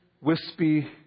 wispy